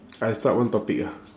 I start one topic ah